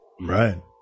Right